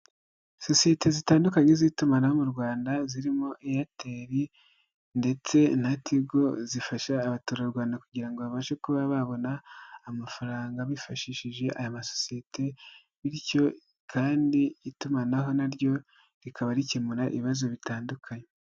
Sosiyete zitandukanye z'itumanaho mu Rwanda zirimo Airtel ndetse na Tigo zifasha abaturarwanda kugira ngo babashe kuba babona amafaranga bifashishije aya masosiyete bityo kandi itumanaho na ryo rikaba rikemura ibibazo bitandukanye.